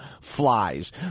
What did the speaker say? flies